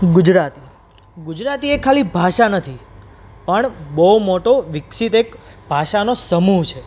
ગુજરાતી ગુજરાતી એ ખાલી ભાષા નથી પણ બહુ મોટો વિકસિત એક ભાષાનો સમૂહ છે